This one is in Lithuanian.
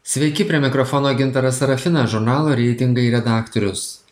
sveiki prie mikrofono gintaras sarafinas žurnalo reitingai redaktorius